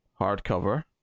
hardcover